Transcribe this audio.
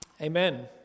amen